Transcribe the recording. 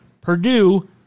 Purdue